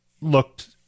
looked